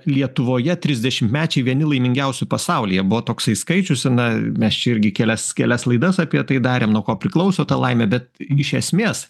lietuvoje trisdešimtmečiai vieni laimingiausių pasaulyje buvo toksai skaičius na mes čia irgi kelias kelias laidas apie tai darėm nuo ko priklauso ta laimė bet iš esmės